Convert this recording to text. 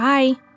Bye